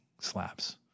slaps